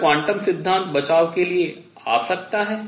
क्या क्वांटम सिद्धांत समझाने बचाव के लिए आ सकता है